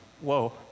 Whoa